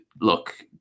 Look